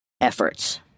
efforts